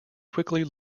quickly